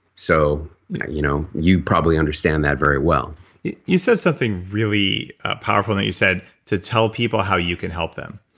so you know you know you probably understand that very well you you said something really powerful and that you said to tell people how you can help them.